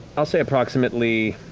i'll say approximately